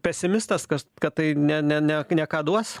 pesimistas kas kad tai ne ne ne ne ką duos